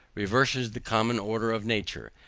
reverses the common order of nature,